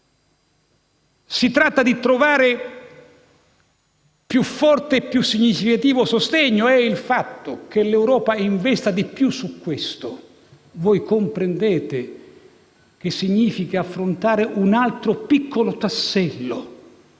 Si tratta di trovare un più forte e significativo sostegno e il fatto che l'Europa investa di più al riguardo - voi comprendete - significa affrontare un altro piccolo tassello